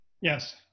Yes